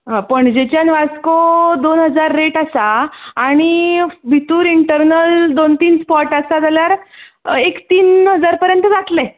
आं पणजेंच्यान वास्को दोन हजार रेट आसा आनी भितूर इंटरनल दोन तीन स्पोट आसा जाल्यार एक तीन हजार पर्यंत जातले